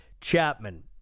Chapman